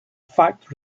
fact